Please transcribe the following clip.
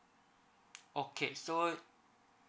okay so